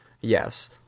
yes